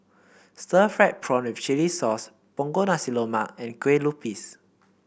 Stir Fried Prawn with Chili Sauce Punggol Nasi Lemak and Kueh Lupis